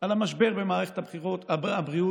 על המשבר במערכת הבריאות,